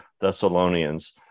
Thessalonians